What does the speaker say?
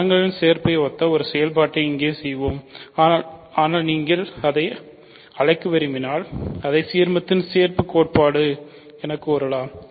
கணங்களின் சேர்ப்பை ஒத்த ஒரு செயல்பாட்டை இங்கே செய்வோம் ஆனால் நீங்கள் அதை அழைக்க விரும்பினால் அதை சீர்மத்தின் சேர்ப்பு கோட்பாடு எனக் கூறலாம்